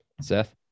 Seth